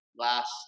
last